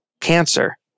cancer